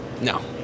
No